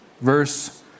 verse